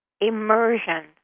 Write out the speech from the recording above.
immersion